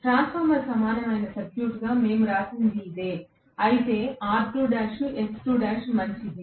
transformer సమానమైన సర్క్యూట్గా మేము రాసినది ఇదే అయితే R2' X2' మంచిది